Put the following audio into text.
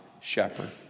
shepherd